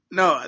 no